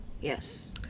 Yes